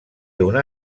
una